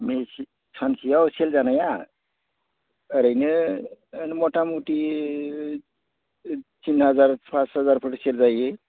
सानसेयाव सेल जानाया ओरैनो मथामथि तिन हाजार पास हाजारफोर सेल जायो